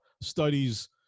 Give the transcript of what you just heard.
studies